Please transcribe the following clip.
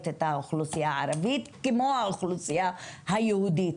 את האוכלוסייה הערבית כמו האוכלוסייה היהודית.